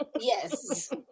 Yes